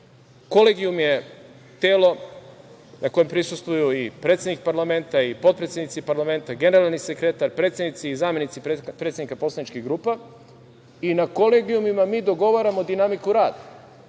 Kolegijum je telo na kojem prisustvuju i predsednik parlamenta i potpredsednici parlamenta, generalni sekretar, predsednici i zamenici predsednika poslaničkih grupa i na kolegijumima mi dogovaramo dinamiku rada,